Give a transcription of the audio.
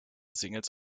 singles